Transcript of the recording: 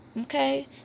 Okay